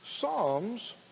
Psalms